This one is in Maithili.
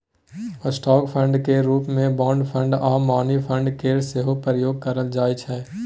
स्टॉक फंड केर रूप मे बॉन्ड फंड आ मनी फंड केर सेहो प्रयोग करल जाइ छै